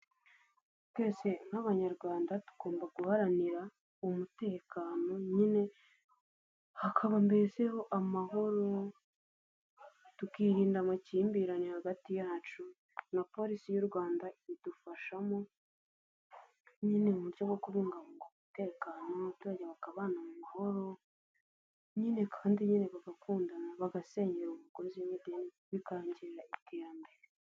Twese nk'abanyarwanda tugomba guharanira uwo mutekano, nyine hakabaho kubungabunga amahoro tukirinda amakimbirane hagati yacu na polisi y'u rwanda idufashamo nyine. Uburyo bwo kubungabunga umutekano n'abaturage bakabana mu mahoro nyine kandi nyine bagakundana, bagasenyera umugozi, deni bikarangirira ku iterambere.